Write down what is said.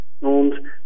und